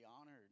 honored